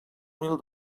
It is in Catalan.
mil